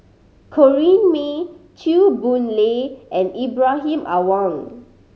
Corrinne May Chew Boon Lay and Ibrahim Awang